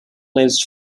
lives